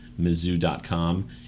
mizzou.com